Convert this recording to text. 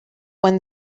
when